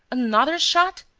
another shot.